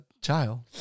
child